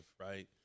right